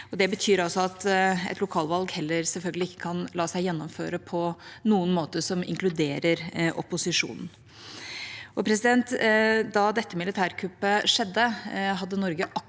et lokalvalg selvfølgelig heller ikke kan la seg gjennomføre på noen måte som inkluderer opposisjonen. Da dette militærkuppet skjedde, hadde Norge